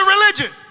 religion